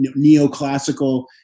neoclassical